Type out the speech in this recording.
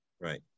right